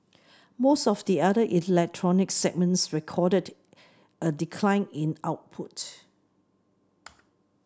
most of the other electronic segments recorded a decline in output